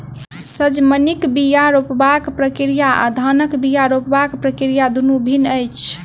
सजमनिक बीया रोपबाक प्रक्रिया आ धानक बीया रोपबाक प्रक्रिया दुनु भिन्न अछि